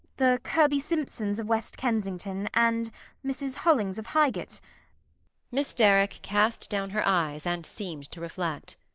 the kirby simpsons, of west kensington and mrs. hollings, of highgate miss derrick cast down her eyes and seemed to reflect.